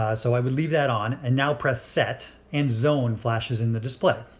ah so i would leave that on and now press set. and zone flashes in the display.